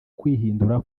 kwihindura